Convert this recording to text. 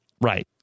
Right